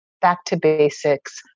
back-to-basics